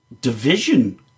division